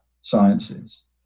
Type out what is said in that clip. sciences